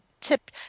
tip